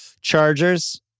Chargers